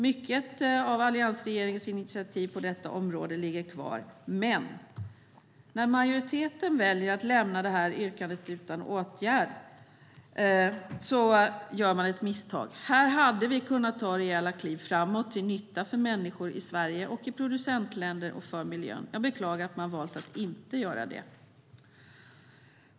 Mycket av alliansregeringens initiativ på detta område ligger kvar. Men när majoriteten väljer att lämna detta yrkande utan åtgärd gör man ett misstag. Här hade vi kunnat ta rejäla kliv framåt, till nytta för människor i Sverige och i olika producentländer och till nytta för miljön. Jag beklagar att man har valt att inte göra det.